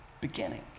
beginning